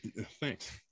thanks